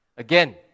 Again